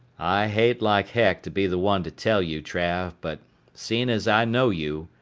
i hate like heck to be the one to tell you, trav, but seein' as i know you,